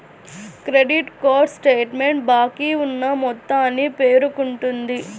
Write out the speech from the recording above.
credit card statement బాకీ ఉన్న మొత్తాన్ని పేర్కొంటుంది